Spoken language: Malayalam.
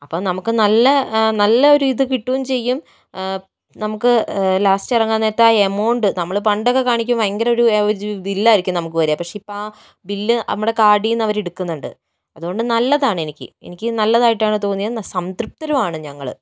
അപ്പോൾ നമുക്ക് നല്ല നല്ല ഒരിത് കിട്ടുകയും ചെയ്യും നമുക്ക് ലാസ്റ്റ് ഇറങ്ങാൻ നേരത്ത് ആ എമൗണ്ട് നമ്മള് പണ്ടൊക്കെ കാണിക്കുമ്പോൾ ഭയങ്കര ഒരു ഒരു ബില്ലായിരിക്കും നമുക്ക് വരുക പക്ഷെ ഇപ്പോൾ ആ ബില്ല് നമ്മുടെ കാർഡിൽനിന്ന് അവരെടുക്കുന്നുണ്ട് അതുകൊണ്ട് നല്ലതാണെനിക്ക് എനിക്ക് നല്ലതായിട്ടാണ് തോന്നിയത് സംതൃപ്തരുമാണ് ഞങ്ങൾ